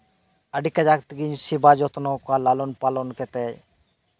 ᱟᱹᱰᱤ ᱠᱟᱡᱟᱠ ᱛᱮᱜᱮᱧ ᱥᱮᱵᱟ ᱡᱚᱛᱱᱚ ᱠᱚᱣᱟ ᱞᱟᱞᱚᱱᱼᱯᱟᱞᱚᱱ ᱠᱟᱛᱮ